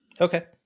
Okay